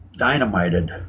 Dynamited